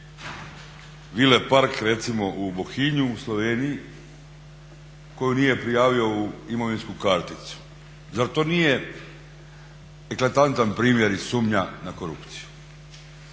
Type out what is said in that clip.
vile park recimo i Bohinju, u Sloveniji koju nije prijavio u imovinsku karticu. Zar to nije eklatantan primjer i sumnja na korupciju?